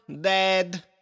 dead